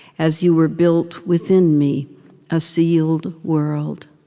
as you were built within me a sealed world.